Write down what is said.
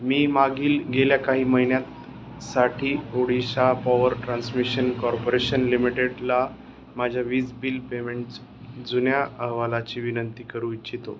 मी मागील गेल्या काही महिन्यातसाठी ओडिशा पॉवर ट्रान्समिशन कॉर्पोरेशन लिमिटेडला माझ्या वीज बिल पेमेंट जुन्या अहवालाची विनंती करू इच्छितो